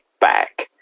back